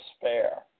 despair